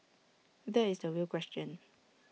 that is the real question